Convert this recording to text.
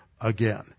again